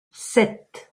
sept